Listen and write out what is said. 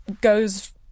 goes